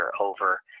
over